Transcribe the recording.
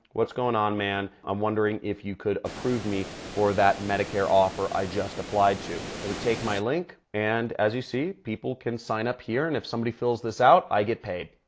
what's going on man? i'm wondering if you could approve me for that medicare offer i just applied to. i would take my link and as you see, people can sign up here. and if somebody fills this out, i get paid,